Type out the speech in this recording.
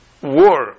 war